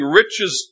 riches